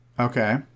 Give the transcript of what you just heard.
Okay